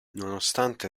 nonostante